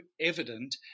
evident